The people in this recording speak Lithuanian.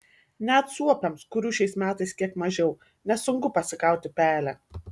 net suopiams kurių šiais metais kiek mažiau nesunku pasigauti pelę